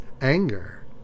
anger